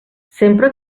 sempre